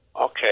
Okay